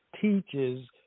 teaches